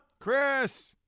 Chris